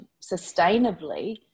sustainably